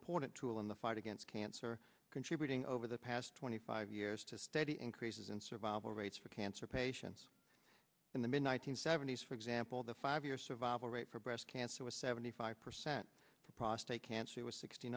important tool in the fight against cancer contributing over the past twenty five years to steady increases in survival rates for cancer patients in the mid one nine hundred seventy s for example the five year survival rate for breast cancer was seventy five percent prostate cancer was sixty